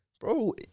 Bro